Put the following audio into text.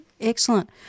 Excellent